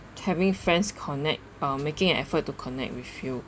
having friends connect or making effort to connect with you